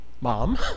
Mom